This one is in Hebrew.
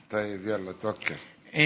אתה רוצה שאענה לך ביידיש?